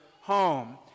home